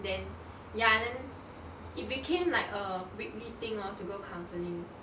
then ya then it became like a weekly thing lor to go counselling